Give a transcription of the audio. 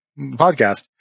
podcast